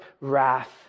wrath